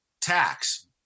tax